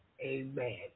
Amen